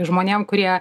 žmonėm kurie